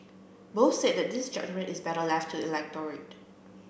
both said that this judgement is better left to electorate